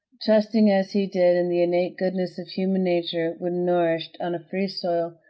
trusting as he did in the innate goodness of human nature when nourished on a free soil,